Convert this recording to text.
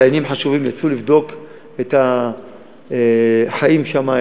דיינים חשובים יצאו לבדוק את החיים שם,